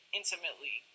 intimately